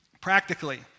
Practically